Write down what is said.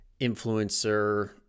influencer